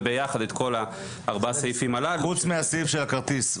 וביחד את כל ארבעת הסעיפים הללו --- חוץ מהסעיף של הכרטיס,